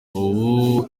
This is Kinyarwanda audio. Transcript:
ubu